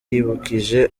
yibukije